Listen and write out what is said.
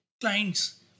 clients